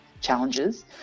challenges